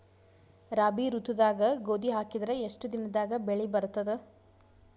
ರಾಬಿ ಋತುದಾಗ ಗೋಧಿ ಹಾಕಿದರ ಎಷ್ಟ ದಿನದಾಗ ಬೆಳಿ ಬರತದ?